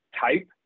type